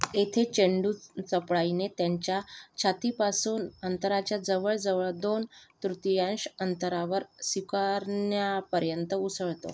येथे चेंडू चपळाईने त्यांच्या छातीपासून अंतराच्या जवळजवळ दोन तृतीयांश अंतरावर स्वीकारण्यापर्यंत उसळतो